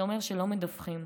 זה אומר שלא מדווחים.